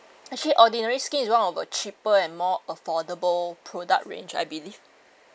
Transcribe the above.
actually ordinary skin is one of the cheaper and more affordable product range I believe